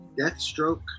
Deathstroke